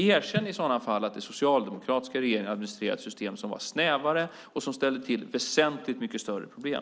Erkänn i sådana fall att den socialdemokratiska regeringen administrerade ett system som var snävare och ställde till väsentligt mycket större problem.